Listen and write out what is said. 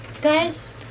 Guys